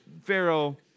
Pharaoh